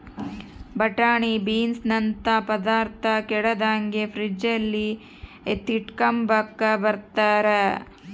ಬಟಾಣೆ ಬೀನ್ಸನಂತ ಪದಾರ್ಥ ಕೆಡದಂಗೆ ಫ್ರಿಡ್ಜಲ್ಲಿ ಎತ್ತಿಟ್ಕಂಬ್ತಾರ